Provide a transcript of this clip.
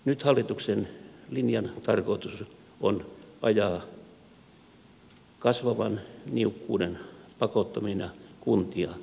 nyt hallituksen linjan tarkoitus on ajaa kasvavan niukkuuden pakottamana kuntia yhteen